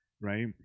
right